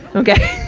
okay?